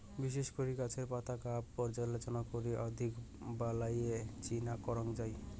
বিশেষ করি গছের পাতার গাব পর্যালোচনা করি অধিক বালাইয়ের চিন করাং যাই